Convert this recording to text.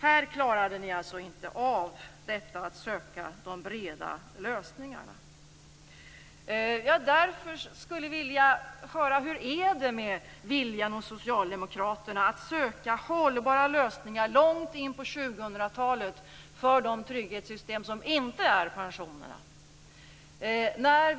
Här klarade ni alltså inte av att söka de breda lösningarna. Därför skulle jag vilja veta: Hur är det med viljan hos socialdemokraterna att söka hållbara lösningar långt in på 2000-talet för de trygghetssystem som inte är pensionerna?